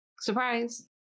Surprise